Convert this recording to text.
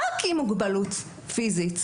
רק עם מוגבלות פיזית,